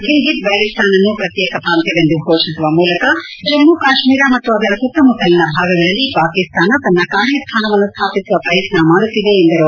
ಗಿಳ್ಗಿಟ್ ಬಾಲ್ಟಿಸ್ತಾನ್ನನ್ನು ಪ್ರತ್ಯೇಕ ಪ್ರಾಂತ್ಯವೆಂದು ಘೋಷಿಸುವ ಮೂಲಕ ಜಮ್ಲು ಕಾಶ್ಲೀರ ಮತ್ತು ಅದರ ಸುತ್ತಮುತ್ತಲಿನ ಭಾಗಗಳಲ್ಲಿ ಪಾಕಿಸ್ತಾನ ತನ್ನ ಕಾರ್ಯ ಸ್ಥಾನವನ್ನು ಸ್ವಾಪಿಸುವ ಪ್ರಯತ್ನ ಮಾಡುತ್ತಿದೆ ಎಂದರು